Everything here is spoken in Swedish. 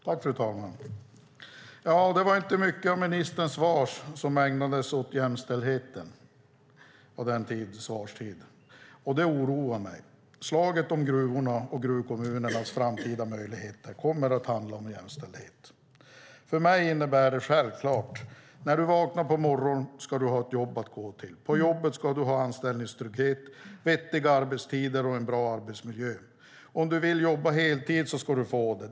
Fru talman! Det var inte mycket i ministerns svar och av svarstiden som ägnades åt jämställdheten. Det oroar mig. Slaget om gruvorna och gruvkommunernas framtida möjligheter kommer att handla om jämställdhet. För mig innebär det självklart: När du vaknar på morgonen ska du ha ett jobb att gå till. På jobbet ska du ha anställningstrygghet, vettiga arbetstider och en bra arbetsmiljö. Om du vill jobba heltid ska du få det.